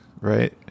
right